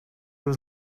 was